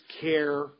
care